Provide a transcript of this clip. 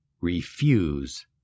refuse